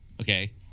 Okay